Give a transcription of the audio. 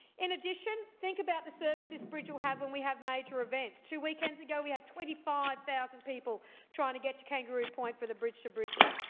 in addition, think about the service this bridge will have when we have major events. two weekends ago we had twenty five thousand people trying to get to kangaroo point for the bridge to brisbane.